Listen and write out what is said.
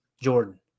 Jordan